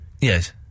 Yes